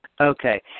Okay